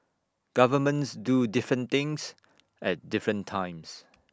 governments do different things at different times